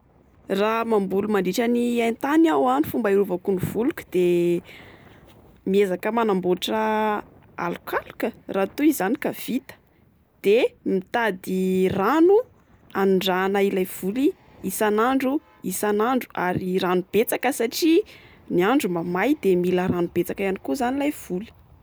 Raha mamboly mandritra ny haintany aho ah, ny fomba iarovako ny voliko dia miezaka manamboatra alokaloka. Raha toa izany ka vita, de mitady rano anodrahana ilay voly isan'andro isan'andro. Ary rano betsaka, satria ny andro mamay de mila rano betsaka ihany koa izany ilay voly.